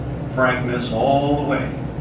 frankness all the way.